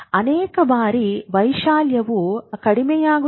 ಅನೇಕ ಬಾರಿ ವೈಶಾಲ್ಯವು ಕಡಿಮೆಯಾಗುತ್ತದೆ